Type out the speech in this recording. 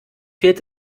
fehlt